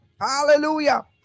hallelujah